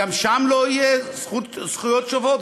גם שם לא יהיו זכויות שוות?